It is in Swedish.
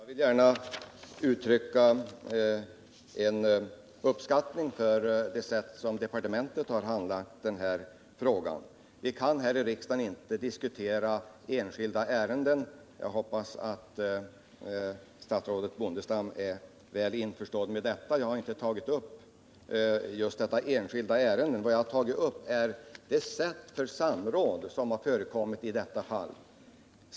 Herr talman! Jag vill gärna uttrycka min uppskattning för det sätt som regeringen har handlagt den fråga statsrådet nu berörde. Vi kan här i riksdagen emellertid inte diskutera enskilda ärenden. Det hoppas jag att statsrådet Bondestam är väl införstådd med. Jag har inte tagit upp just detta enskilda ärende i sak. Vad jag tagit upp är det sätt för samråd som förekommit i detta fall.